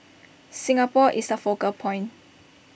Singapore is A focal point